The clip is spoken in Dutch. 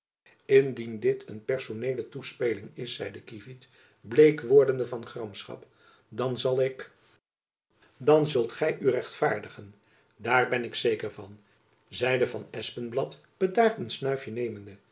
indien dit een personeele toespeling is zeide kievit bleek wordende van gramschap dan zal ik dan zult gy u rechtvaardigen daar ben ik zeker van zeide van espenblad bedaard een snuifje nemende